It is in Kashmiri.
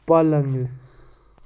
پلنٛگہٕ